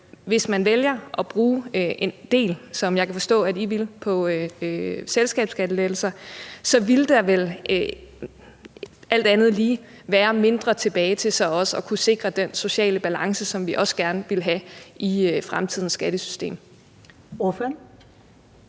hvis man vælger at bruge en del, som jeg kan forstå at I vil, på selskabsskattelettelser, vil der vel alt andet lige være mindre tilbage til så også at kunne sikre den sociale balance, som vi også gerne vil have i fremtidens skattesystem.